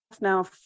now